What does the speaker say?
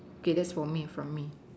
okay that's for me from me